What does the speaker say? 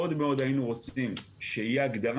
מאוד מאוד היינו רוצים שתהיה הגדרה